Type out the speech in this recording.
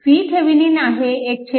VThevenin आहे 13V